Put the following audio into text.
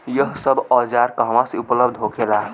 यह सब औजार कहवा से उपलब्ध होखेला?